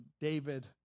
David